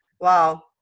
Wow